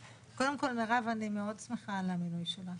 קודם כל, מירב, אני מאוד שמחה על המינוי שלך.